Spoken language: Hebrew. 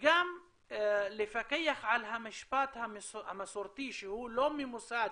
וגם לפקח על המשפט המסורתי שהוא לא ממוסד